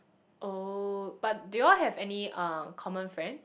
oh but do you all have any uh common friend